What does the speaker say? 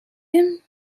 him